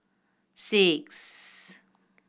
six